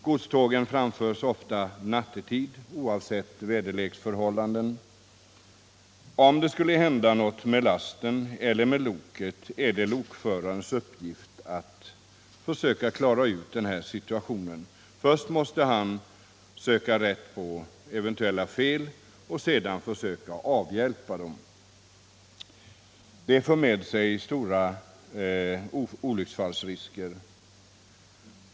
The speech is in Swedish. Godstågen framförs oftast nattetid oavsett väderleksförhållandena. Om något skulle hända med lasten eller loket är det lokförarens uppgift att försöka klara upp situationen. Först måste han söka rätt på eventuella fel och sedan försöka avhjälpa dem. Det för med sig stora olycksfallsrisker.